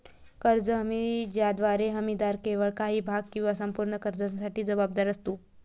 कर्ज हमी ज्याद्वारे हमीदार केवळ काही भाग किंवा संपूर्ण कर्जासाठी जबाबदार असतो